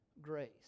grace